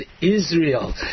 Israel